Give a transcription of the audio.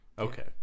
Okay